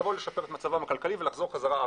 לבוא לשפר את מצבם הכלכלי ולחזור חזרה ארצה.